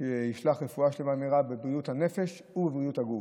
שישלח רפואה שלמה ומהירה בבריאות הנפש ובבריאות הגוף,